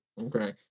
okay